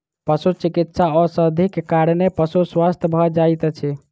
पशुचिकित्सा औषधिक कारणेँ पशु स्वस्थ भ जाइत अछि